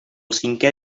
cinqué